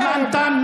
הזמן תם.